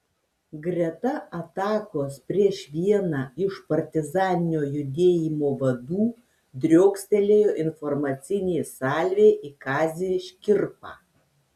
greta atakos prieš vieną iš partizaninio judėjimo vadų driokstelėjo informacinė salvė į kazį škirpą